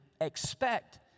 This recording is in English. expect